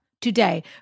Today